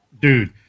dude